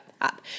up